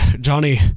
Johnny